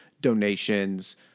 donations